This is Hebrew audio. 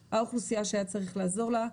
שהיא האוכלוסייה שהיה צריך לעזור לה.